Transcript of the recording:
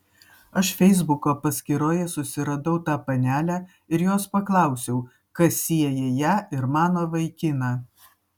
aš feisbuko paskyroje susiradau tą panelę ir jos paklausiau kas sieja ją ir mano vaikiną